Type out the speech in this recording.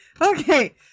Okay